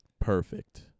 perfect